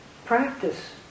practice